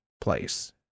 place